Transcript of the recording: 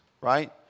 Right